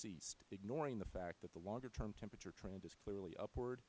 ceased ignoring the fact that the longer term temperature trend is clearly upward